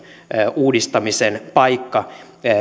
uudistamisen paikka